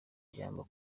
ijambo